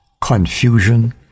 confusion